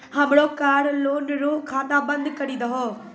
हमरो car loan रो खाता बंद करी दहो